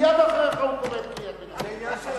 מייד אחריך הוא קורא קריאת ביניים.